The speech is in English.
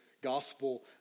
gospel